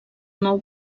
nou